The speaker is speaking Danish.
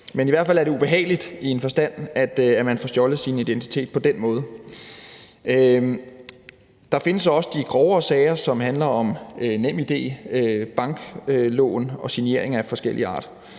Men i hvert fald er det ubehageligt i en forstand, at man får stjålet sin identitet på den måde. Der findes også de grovere sager, som handler om NemID, banklån og signeringer af forskellig art.